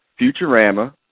Futurama